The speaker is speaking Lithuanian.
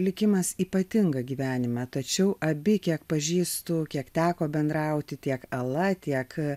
likimas ypatinga gyvenimą tačiau abi kiek pažįstu kiek teko bendrauti tiek ala tiek